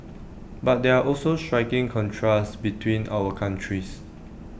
but there are also striking contrasts between our countries